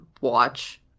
watch